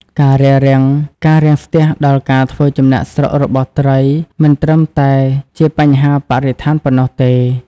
ការរាំងស្ទះដល់ការធ្វើចំណាកស្រុករបស់ត្រីមិនត្រឹមតែជាបញ្ហាបរិស្ថានប៉ុណ្ណោះទេ។